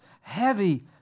heavy